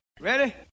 Ready